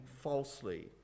falsely